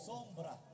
Sombra